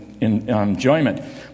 enjoyment